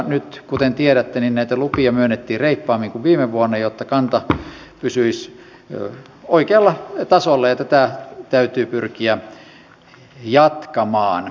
nyt kuten tiedätte näitä lupia myönnettiin reippaammin kuin viime vuonna jotta kanta pysyisi oikealla tasolla ja tätä täytyy pyrkiä jatkamaan